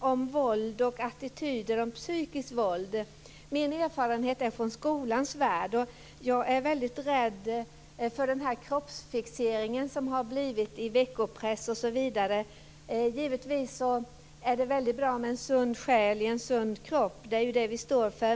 om våld och attityder och om psykiskt våld. Min erfarenhet är från skolans värld. Jag är väldigt rädd för den kroppsfixering som har blivit vanlig i veckopress osv. Givetvis är det väldigt bra med en sund själ i en sund kropp. Det är ju det som vi står för.